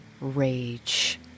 rage